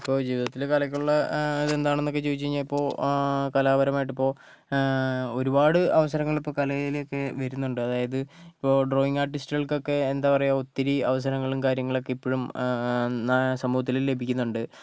ഇപ്പോൾ ജീവിതത്തിൽ കലയ്ക്കുള്ള ഇത് എന്താണെന്നൊക്കെ ചോദിച്ച് കഴിഞ്ഞാൽ ഇപ്പോൾ കലാപരമായിട്ട് ഇപ്പോൾ ഒരുപാട് അവസരങ്ങൾ ഇപ്പോൾ കലയിൽ ഒക്കെ വരുന്നുണ്ട് അതായത് ഇപ്പോൾ ഡ്രോയിങ് ആർട്ടിസ്റ്റുകൾക്കൊക്കെ എന്താ പറയുക ഒത്തിരി അവസരങ്ങളും കാര്യങ്ങളും ഒക്കെ ഇപ്പോഴും സമൂഹത്തിൽ ലഭിക്കുന്നുണ്ട്